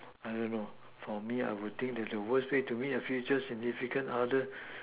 I don't know for me I would think that the worst way to meet a future significant other